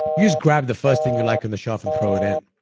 you just grab the first thing you like on the shelf and throw it in.